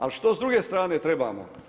A što s druge strane trebamo?